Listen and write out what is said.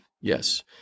Yes